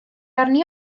arni